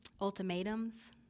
ultimatums